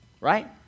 Right